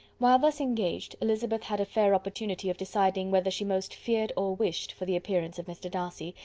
while thus engaged, elizabeth had a fair opportunity of deciding whether she most feared or wished for the appearance of mr. darcy,